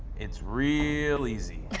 it's real easy.